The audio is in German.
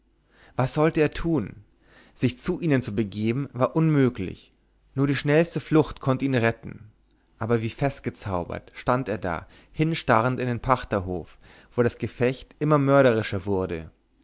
was sollte er tun sich zu ihnen zu begeben war unmöglich nur die schnellste flucht konnte ihn retten aber wie festgezaubert stand er da hinstarrend in den pachterhof wo das gefecht immer mörderischer wurde